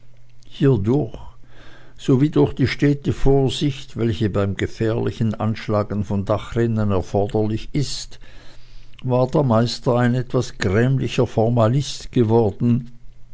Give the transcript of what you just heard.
hiedurch sowie durch die erste vorsicht welche beim gefährlichen anschlagen von dachrinnen erforderlich ist war der meister ein etwas grämlicher formalist geworden